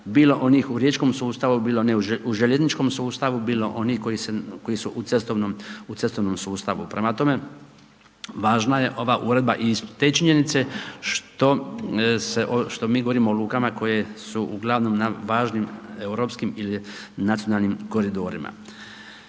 bilo onih u riječkom sustavu, bilo ne u željezničkom sustavu, bilo onih koji su u cestovnom sustavu. Prema tome, važna je ova uredba i iz te činjenice što mi govorimo o lukama koje su uglavnom na važnim europskim ili nacionalnim koridorima.